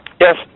Yes